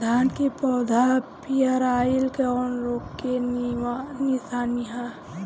धान के पौधा पियराईल कौन रोग के निशानि ह?